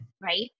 right